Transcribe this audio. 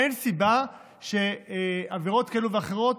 אין סיבה שעבירות כאלו ואחרות,